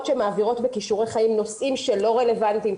שמעבירות בכישורי חיים נושאים שלא רלוונטיים,